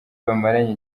bamaranye